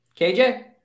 KJ